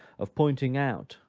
of pointing out,